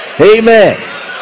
Amen